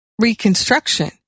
reconstruction